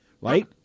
right